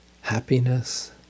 happiness